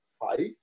five